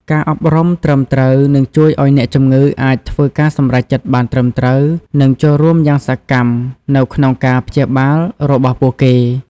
ការអប់រំត្រឹមត្រូវនឹងជួយឱ្យអ្នកជំងឺអាចធ្វើការសម្រេចចិត្តបានត្រឹមត្រូវនិងចូលរួមយ៉ាងសកម្មនៅក្នុងការព្យាបាលរបស់ពួកគេ។